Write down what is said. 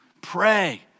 pray